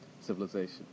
civilization